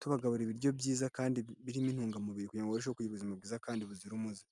tubagaburira ibiryo byiza kandi birimo intungamubiri kugira ngo barusheho kugirahe ubuzima bwiza kandi buzira umuze.